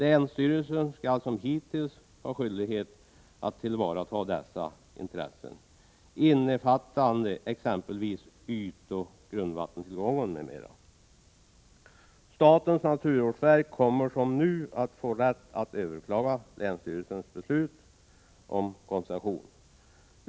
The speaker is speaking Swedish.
Länsstyrelsen skall som hittills ha skyldighet att tillvarata dessa intressen, innebärande exempelvis tillsyn av ytoch grundvattentillgång, m.m. Statens naturvårdsverk kommer som nu att få rätt att överklaga länsstyrelsens beslut om koncession.